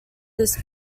this